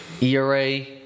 ERA